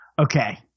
Okay